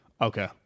Okay